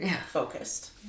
focused